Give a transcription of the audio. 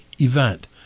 event